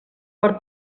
per